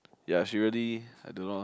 ya she really I don't know